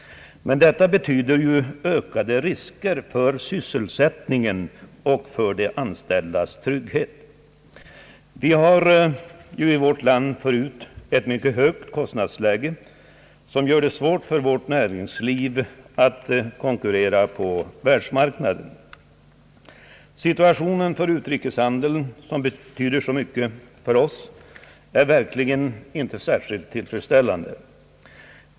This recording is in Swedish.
Men detta betyder ju ökade risker för sysselsättningen och för de anställdas trygghet. Vi har i vårt land redan förut ett mycket högt kostnadsläge som gör det svårt för vårt näringsliv att konkurrera på världsmarknaden. Situationen för vår utrikeshandel, som betyder så mycket för oss, är verkligen inte särskilt tillfredsställande.